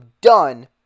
done